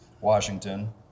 washington